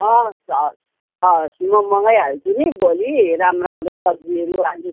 हवस् हवस् हवस् म मगाइहाल्छु नि भोलि राम्रो राम्रो सब्जीहरू अलिक